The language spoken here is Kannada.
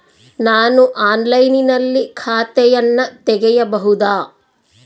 ನಾನು ಆನ್ಲೈನಿನಲ್ಲಿ ಖಾತೆಯನ್ನ ತೆಗೆಯಬಹುದಾ?